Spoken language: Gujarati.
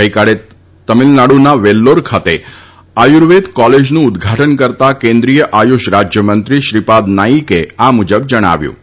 ગઇકાલે તમિલનાડુના વેલ્લોર ખાતે આયુર્વેદ કોલેજનું ઉદ્દઘાટન કરતાં કેન્દ્રિય આયુષ રાજ્યમંત્રી શ્રીપાદ નાઇકે આ મુજબ જણાવ્યું હતું